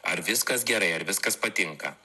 ar viskas gerai ar viskas patinka